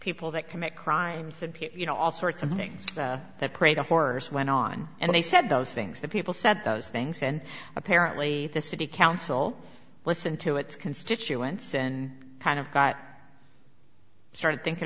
people that commit crimes and you know all sorts of things that preyed on horrors went on and they said those things that people said those things and apparently the city council listened to its constituents and kind of got started thinking